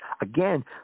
Again